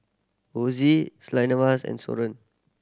Ozie and Soren